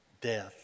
death